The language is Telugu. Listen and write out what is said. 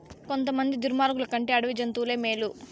కొంతమంది దుర్మార్గులు కంటే అడవి జంతువులే మేలు